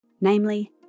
namely